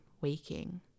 waking